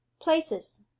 places